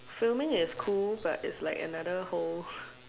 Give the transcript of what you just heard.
filming is cool but it's like another whole